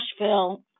Nashville